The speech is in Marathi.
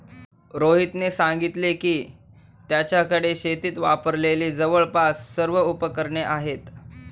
रोहितने सांगितले की, त्याच्याकडे शेतीत वापरलेली जवळपास सर्व उपकरणे आहेत